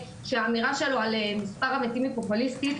שהאמירה שלו על מספר המתים היא פופוליסטית,